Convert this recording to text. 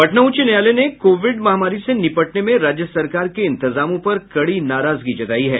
पटना उच्च न्यायालय ने कोविड महामारी से निपटने में राज्य सरकार के इंतजामों पर कड़ी नाराजगी जतायी है